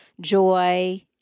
joy